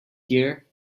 here